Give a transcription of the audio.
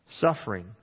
suffering